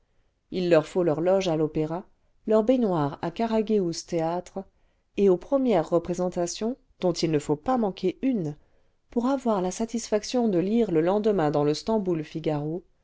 il leur faut leur loge à l'opéra leur baignoire à karagheus théâtre et aux premières représentations dont il ne faut pas manquer une pour avoir la satisfaction de lire le lendemain clans le